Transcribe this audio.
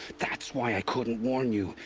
that's why i couldn't warn you.